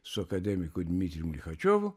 su akademiku dmitrijum lichačiovu